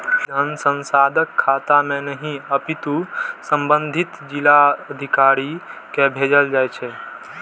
ई धन सांसदक खाता मे नहि, अपितु संबंधित जिलाधिकारी कें भेजल जाइ छै